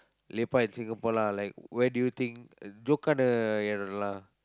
lepak in Singapore lah like where do you think jokkaana இடம்:idam lah